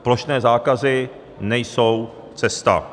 Plošné zákazy nejsou cesta.